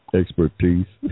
expertise